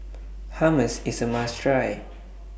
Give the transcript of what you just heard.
Hummus IS A must Try